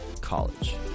college